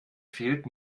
fehlt